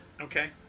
Okay